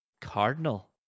Cardinal